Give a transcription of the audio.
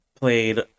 played